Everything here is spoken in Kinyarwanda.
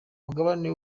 mugabane